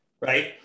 right